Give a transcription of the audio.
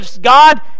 God